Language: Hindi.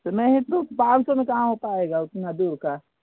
तो नहीं तो पाँच सौ में कहाँ हो पाएगा उतना दूर का